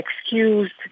excused